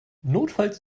notfalls